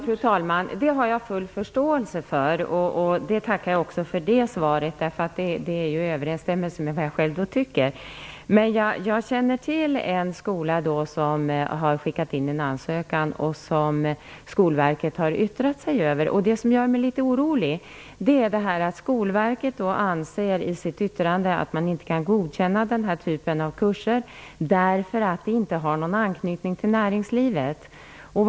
Fru talman! Jag har full förståelse för det. Jag tackar också för det svaret. Det är ju i överensstämmelse med vad jag själv tycker. Men jag känner till en skola som har skickat in en ansökan som Skolverket har yttrat sig över. Det som gör mig litet orolig är att Skolverket i sitt yttrande anser att man inte kan godkänna den här typen av kurser därför att de inte har någon anknytning till näringslivet.